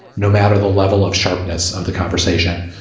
no matter the level of sharpness of the conversation,